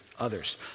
others